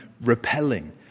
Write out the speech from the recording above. repelling